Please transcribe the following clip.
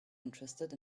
interested